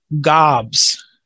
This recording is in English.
gobs